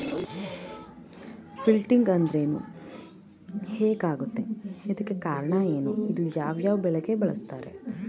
Wilting ಅಂದ್ರೇನು? ಹೆಗ್ ಆಗತ್ತೆ? ಇದಕ್ಕೆ ಕಾರಣ ಏನು? ಇದು ಯಾವ್ ಯಾವ್ ಬೆಳೆಗೆ ಬರುತ್ತೆ?